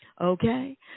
Okay